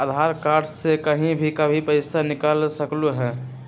आधार card से कहीं भी कभी पईसा निकाल सकलहु ह?